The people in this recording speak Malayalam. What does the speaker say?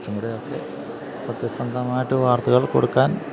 കുറച്ചുംകൂടെയൊക്കെ സത്യസന്ധമായിട്ട് വാർത്തകൾ കൊടുക്കാൻ